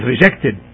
rejected